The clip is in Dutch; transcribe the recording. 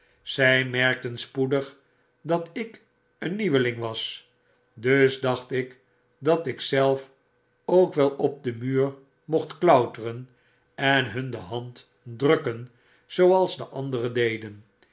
zy merkten spoedig dat ik een nieuweling was dus dacht ik dat ik zelf ook wel op den muur mocht klauteren en hun de hand drukken zooals de anderen deden